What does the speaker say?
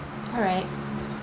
alright